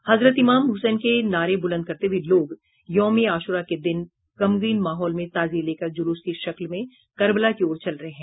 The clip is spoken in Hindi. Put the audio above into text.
हजरत इमाम हुसैन के नारे बुलंद करते हुये लोग यौम ए आशूरा के दिन गमगीन माहौल में ताजिये लेकर ज़ुलूस की शक्ल में करबला की ओर चल रहे हैं